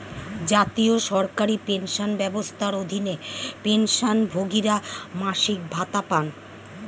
জাতীয় সরকারি পেনশন ব্যবস্থার অধীনে, পেনশনভোগীরা মাসিক ভাতা পান